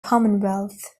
commonwealth